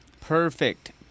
Perfect